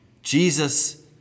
Jesus